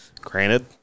granted